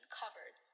covered